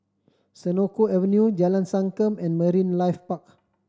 Senoko Avenue Jalan Sankam and Marine Life Park